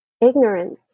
ignorance